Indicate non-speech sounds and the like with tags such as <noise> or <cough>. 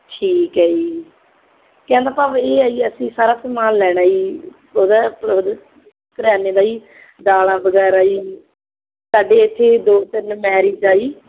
ਠੀਕ ਹੈ ਜੀ ਕਹਿਣ ਦਾ ਭਾਵ ਇਹ ਹੈ ਜੀ ਅਸੀਂ ਸਾਰਾ ਸਮਾਨ ਲੈਣਾ ਜੀ ਉਹਦਾ <unintelligible> ਕਰਿਆਨੇ ਦਾ ਜੀ ਦਾਲਾਂ ਵਗੈਰਾ ਜੀ ਸਾਡੇ ਇੱਥੇ ਦੋ ਤਿੰਨ ਮੈਰਿਜ ਆ ਜੀ